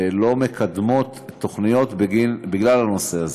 לא מקדמות תוכניות בגלל הנושא הזה.